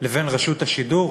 לבין רשות השידור?